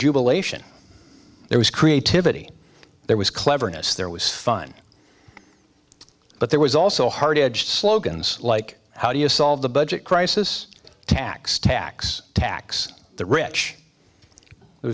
jubilation there was creativity there was cleverness there was fun but there was also a hard edge slogans like how do you solve the budget crisis tax tax tax the rich